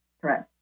Correct